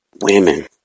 Women